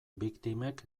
biktimek